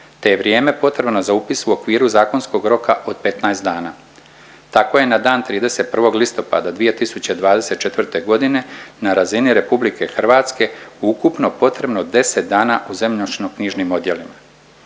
je vrijeme potrebno za upis u okviru zakonskog roka od 15 dana. Tako je na dan 31. listopada 2024.g. na razini RH ukupno potrebno deset dana u zemljišno-knjižnim odjelima.